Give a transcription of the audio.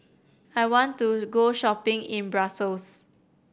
I want to go shopping in Brussels